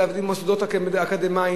להביא מוסדות אקדמיים,